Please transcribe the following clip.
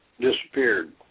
disappeared